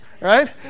Right